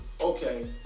okay